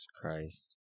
Christ